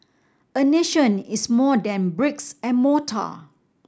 a nation is more than bricks and mortar